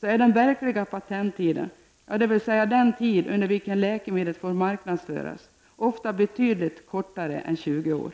om — att den verkliga patenttiden, dvs. den tid under vilken läkemedlet får marknadsföras, ofta är betydligt kortare än 20 år.